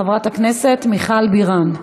חברת הכנסת מיכל בירן.